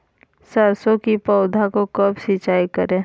सरसों की पौधा को कब सिंचाई करे?